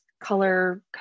color